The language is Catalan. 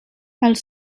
els